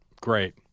Great